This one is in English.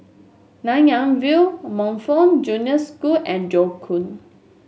Nanyang View Montfort Junior School and Joo Koon